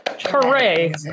Hooray